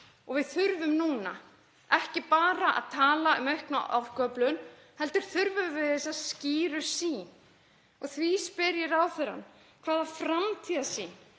Við þurfum núna ekki bara að tala um aukna orkuöflun heldur þurfum við þessa skýru sýn. Því spyr ég ráðherrann: Hvaða framtíðarsýn